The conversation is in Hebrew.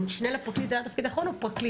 משנה לפרקליט, זה התפקיד האחרון או פרקליט?